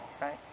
right